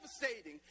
devastating